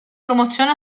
promozione